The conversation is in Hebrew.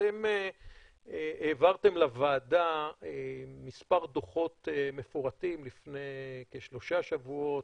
אתם העברתם לוועדה מספר דוחות מפורטים לפני כשלושה שבועות,